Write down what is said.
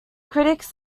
critics